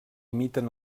imiten